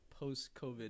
Post-COVID